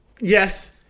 yes